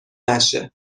نشه